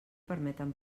permeten